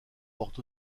portent